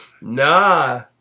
Nah